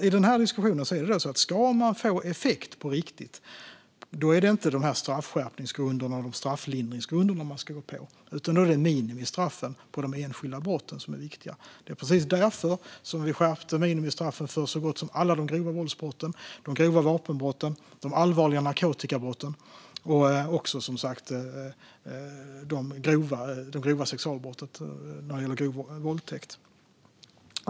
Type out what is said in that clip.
I den här diskussionen vill jag framhålla att om man ska få en effekt på riktigt är det inte straffskärpningsgrunderna och strafflindringsgrunderna man ska gå på, utan då är det minimistraffen för de enskilda brotten som är viktiga. Vi har skärpt minimistraffen för så gott som alla de grova våldsbrotten, de grova vapenbrotten, de allvarliga narkotikabrotten och även för sexualbrottet grov våldtäkt.